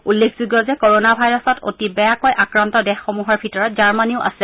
উল্লেখযোগ্য যে কৰোণা ভাইৰাছত অতি বেয়াকৈ আক্ৰান্ত দেশসমূহৰ ভিতৰত জাৰ্মনীও আছে